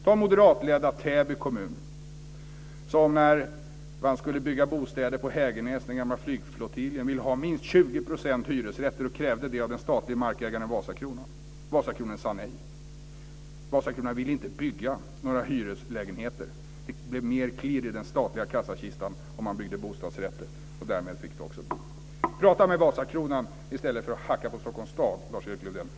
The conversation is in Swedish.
När moderatledda Täby kommun skulle bygga bostäder på Hägernäs, den gamla flygflottiljen, ville man ha minst 20 % hyresrätter och krävde det av den statliga markägaren Vasakronan. Vasakronan sade nej. Vasakronan ville inte bygga några hyreslägenheter. Det blev mer klirr i den statliga kassakistan om man byggde bostadsrätter, och därmed fick det också bli. Prata med Vasakronan i stället för att hacka på Stockholms stad, Lars-Erik Lövdén!